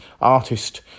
artist